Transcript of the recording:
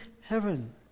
heaven